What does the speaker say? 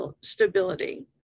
stability